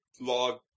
log